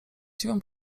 dziwą